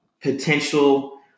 potential